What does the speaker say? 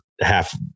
half